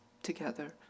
Together